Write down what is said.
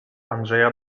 andrzeja